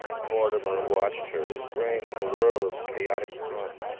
mortimer watched her, his brain in a whirl of chaotic thoughts.